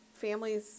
families